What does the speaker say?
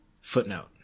Footnote